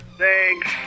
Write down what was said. Thanks